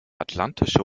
atlantische